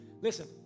listen